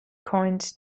coins